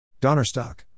Donnerstock